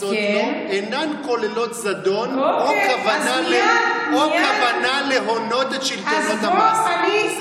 המיוחסות לו אינן כוללות זדון או כוונה להונות את שלטונות המס.